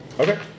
okay